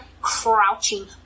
crouching